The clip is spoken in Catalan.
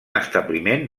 establiment